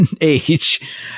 age